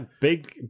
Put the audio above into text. big